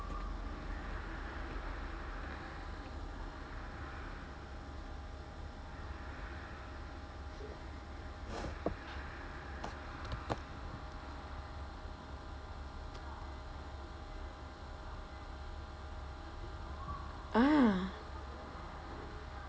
ah